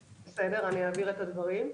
בסדר, אני אעביר את הדברים.